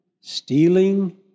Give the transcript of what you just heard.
stealing